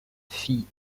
fit